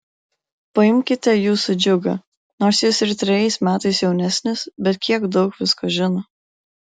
paimkite jūsų džiugą nors jis ir trejais metais jaunesnis bet kiek daug visko žino